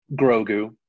Grogu